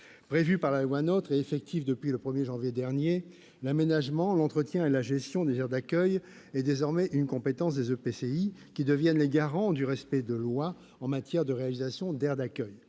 comme il est devenu effectif depuis le 1 janvier dernier, l'aménagement, l'entretien et la gestion des aires d'accueil sont désormais une compétence des EPCI, qui deviennent les garants du respect de la loi en matière de réalisation d'aires d'accueil.